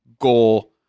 goal